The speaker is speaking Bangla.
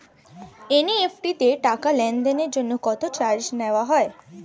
এন.ই.এফ.টি তে টাকা লেনদেনের জন্য কত চার্জ নেয়া হয়?